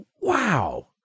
Wow